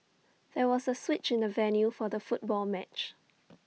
there was A switch in the venue for the football match